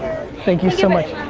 thank you so much.